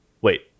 wait